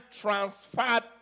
transferred